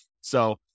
So-